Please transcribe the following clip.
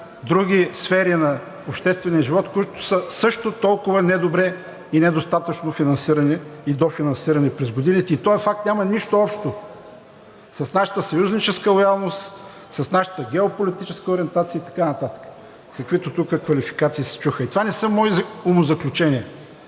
други сфери на обществения живот, които са също толкова недобре и недостатъчно финансирани и дофинансирани през годините. И този факт няма нищо общо с нашата съюзническа лоялност, с нашата геополитическа ориентация и така нататък, каквито тук квалификации се чуха. Това не са мои умозаключения.